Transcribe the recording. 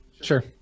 Sure